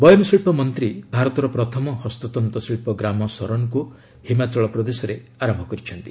ବୟନ ଶିଳ୍ପ ମନ୍ତ୍ରୀ ଭାରତର ପ୍ରଥମ ହସ୍ତତନ୍ତ ଶିଳ୍ପ ଗ୍ରାମ ଶରନକୁ ହିମାଚଳ ପ୍ରଦେଶରେ ଆରମ୍ଭ କରିଛନ୍ତି